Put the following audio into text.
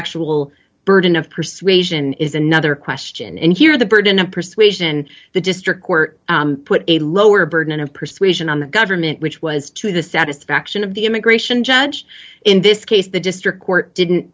actual burden of persuasion is another question and here the burden of persuasion the district court put a lower burden of persuasion on the government which was to the satisfaction of the immigration judge in this case the district court didn't